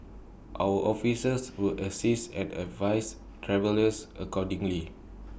our officers will assist and advise travellers accordingly